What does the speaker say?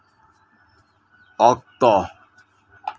ᱚᱠᱛᱚ